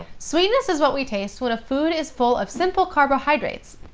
sweetness is what we taste when a food is full of simple carbohydrates,